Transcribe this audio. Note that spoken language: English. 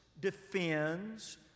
defends